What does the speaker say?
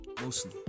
mostly